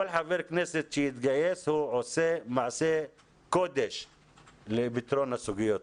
הוא עושה מעשה קודש לפתרון הסוגיות.